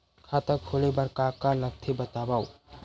खाता खोले बार का का लगथे बतावव?